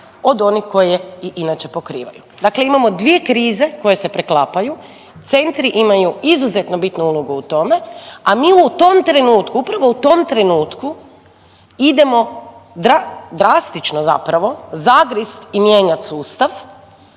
od onih koje i inače pokrivaju. Dakle, imamo dvije krize koje se preklapaju. Centri imaju izuzetno bitnu ulogu u tome, a mi u tom trenutku, upravo u tom trenutku idemo drastično zapravo zagrist i mijenjat sustav